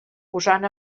posant